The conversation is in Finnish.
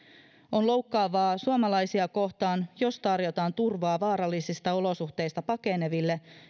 on loukkaavaa suomalaisia kohtaan jos tarjotaan turvaa vaarallisista olosuhteista pakeneville